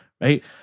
right